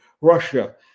Russia